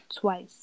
twice